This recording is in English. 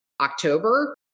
October